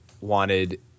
wanted